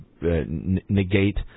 negate